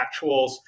actuals